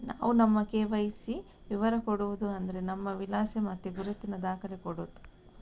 ನಾವು ನಮ್ಮ ಕೆ.ವೈ.ಸಿ ವಿವರ ಕೊಡುದು ಅಂದ್ರೆ ನಮ್ಮ ವಿಳಾಸ ಮತ್ತೆ ಗುರುತಿನ ದಾಖಲೆ ಕೊಡುದು